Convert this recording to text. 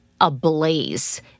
ablaze